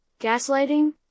gaslighting